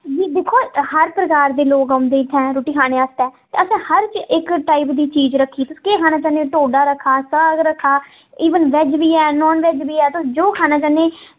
जी दिक्खो हर प्रकार दे लोग आंदे इत्थें रुट्टी खानै आस्तै असें हर इक्क टाईप दी चीज़ रक्खी दी केह् खाना चाह्नें ढोड्डा रक्खे दा साग रक्खे दा एह् बाजरै दा आटा जो खाना चाह्नें